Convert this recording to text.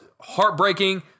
heartbreaking